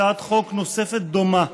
הצעת חוק נוספת דומה,